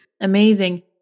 Amazing